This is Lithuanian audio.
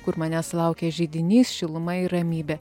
kur manęs laukia židinys šiluma ir ramybė